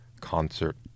concert